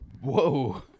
Whoa